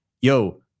yo